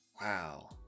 wow